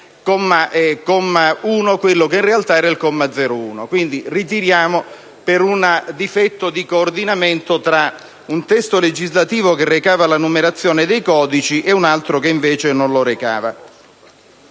di questo difetto di coordinamento tra un testo legislativo che recava la numerazione dei codici e un altro che invece non la recava,